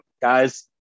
Guys